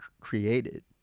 created